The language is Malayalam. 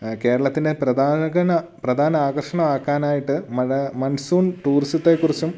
കേരളത്തിലെ പ്രധാന പ്രധാന ആകർഷണം ആക്കാനായിട്ട് മഴ മൺസൂൺ ടൂറിസത്തെക്കുറിച്ചും